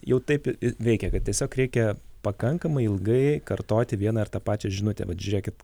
jau taip veikia kad tiesiog reikia pakankamai ilgai kartoti vieną ir tą pačią žinutę vat žiūrėkit